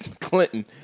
Clinton